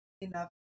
enough